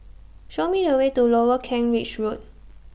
Show Me The Way to Lower Kent Ridge Road